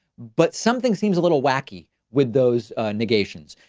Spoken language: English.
but something seems a little wacky with those negations.